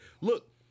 Look